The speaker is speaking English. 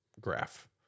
graph